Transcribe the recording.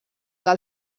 del